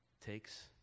takes